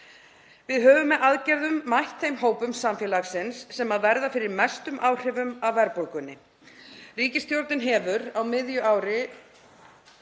Við höfum með aðgerðum mætt þeim hópum samfélagsins sem verða fyrir mestum áhrifum af verðbólgunni. Ríkisstjórnin hefur á miðju ári